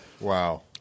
Wow